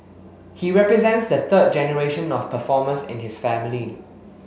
he represents the third generation of performers in his family